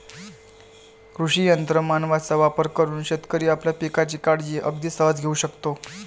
कृषी यंत्र मानवांचा वापर करून शेतकरी आपल्या पिकांची काळजी अगदी सहज घेऊ शकतो